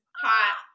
Hot